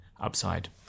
upside